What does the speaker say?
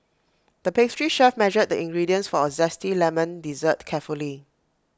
the pastry chef measured the ingredients for A Zesty Lemon Dessert carefully